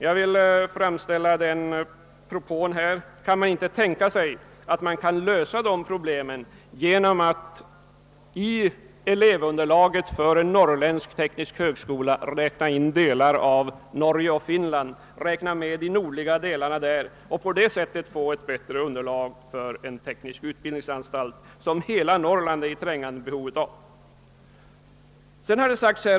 Jag vill framställa den propån, att man skall tänka sig att lösa problemet genom att i elevunderlaget för en norrländsk teknisk högskola räkna in de nordliga delarna av Norge och Finland och på det sättet få ett bättre underlag för en teknisk utbildningsanstalt som hela Norrland liksom Nordnorge och Nord finland är i trängande behov av.